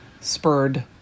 spurred